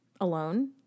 alone